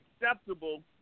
acceptable